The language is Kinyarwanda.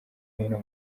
hino